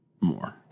more